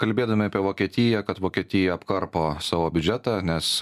kalbėdami apie vokietiją kad vokietija apkarpo savo biudžetą nes